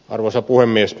arvoisa puhemies